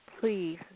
Please